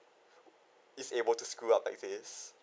is able to screw up like this